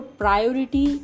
priority